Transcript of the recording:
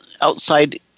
outside